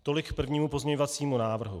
Tolik k prvnímu pozměňovacímu návrhu.